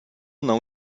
não